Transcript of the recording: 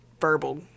verbal